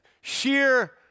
sheer